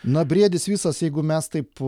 na briedis visas jeigu mes taip